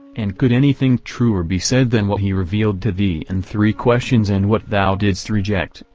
and could anything truer be said than what he revealed to thee in three questions and what thou didst reject,